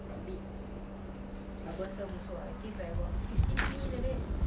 oh abeh usually you all walk or like what